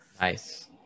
Nice